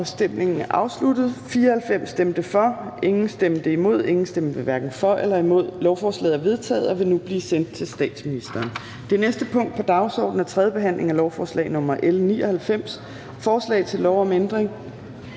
Susanne Zimmer (UFG)), imod stemte 8 (DF), hverken for eller imod stemte 0. Lovforslaget er vedtaget og vil nu blive sendt til statsministeren. --- Det næste punkt på dagsordenen er: 9) 3. behandling af lovforslag nr. L 45: Forslag til lov om ændring